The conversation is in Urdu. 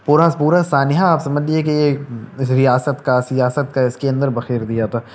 پورا پورا سانحہ آپ سمجھ لیجئے کہ ایک ریاست کا سیاست کا اس کے اندر بکھیر دیا تھا